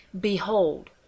Behold